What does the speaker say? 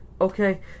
Okay